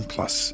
Plus